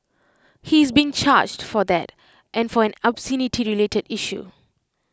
he is being charged for that and for an obscenity related issue